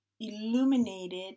illuminated